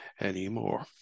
anymore